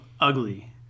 ugly